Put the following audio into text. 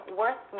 worth